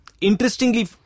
Interestingly